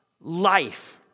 life